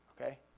Okay